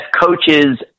coaches